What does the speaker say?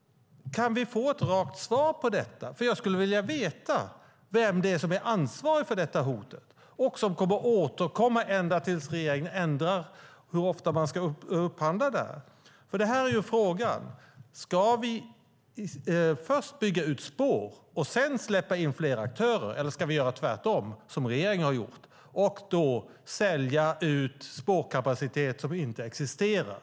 Kan vi få ett rakt svar på frågan? Jag skulle vilja veta vem det är som är ansvarig för detta hot. Frågan kommer att återkomma ända till dess att regeringen ändrar beslutet om hur ofta man ska upphandla. Frågan är: Ska vi först bygga ut spår och sedan släppa in fler aktörer? Eller ska vi göra tvärtom, som regeringen har gjort, och sälja ut spårkapacitet som inte existerar?